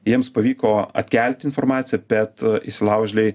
jiems pavyko atkelti informaciją bet įsilaužėliai